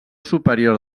superior